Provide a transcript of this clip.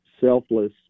selfless